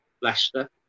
Leicester